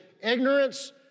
ignorance